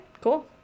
cool